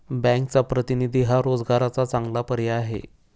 बँकचा प्रतिनिधी हा रोजगाराचा चांगला पर्याय आहे